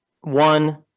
One